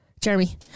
Jeremy